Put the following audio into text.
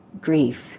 grief